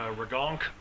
regonk